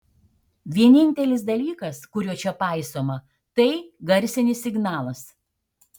vienintelis dalykas kurio čia paisoma tai garsinis signalas